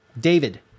David